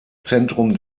zentrum